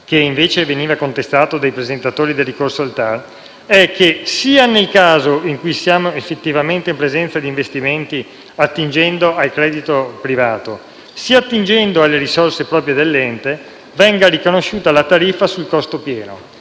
invece, veniva contestato dai presentatori del ricorso al TAR - è che nel caso in cui siamo effettivamente in presenza di investimenti, attingendo sia al credito privato che alle risorse proprie dell'ente, venga riconosciuta la tariffa sul costo pieno,